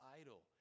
idol